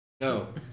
No